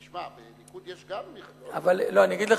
תשמע, בליכוד יש גם, לא, אבל אני אגיד לך.